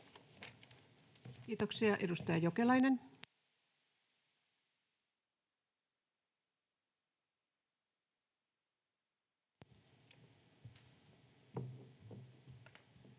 Kiitoksia. — Edustaja Jokelainen. [Speech